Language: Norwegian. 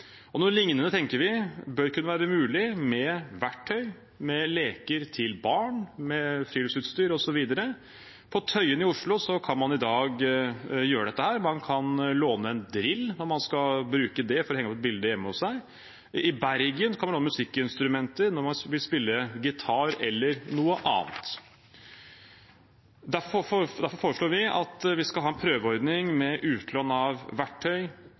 vi bør kunne være mulig med verktøy, leker til barn, friluftsutstyr osv. På Tøyen i Oslo kan man i dag gjøre dette. Man kan låne en drill når man skal bruke den til å henge opp et bilde hjemme hos seg. I Bergen kan man låne musikkinstrumenter når man vil spille gitar, eller noe annet. Derfor foreslår vi at vi skal ha en prøveordning med utlån av verktøy,